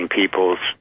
people's